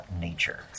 nature